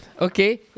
okay